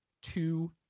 two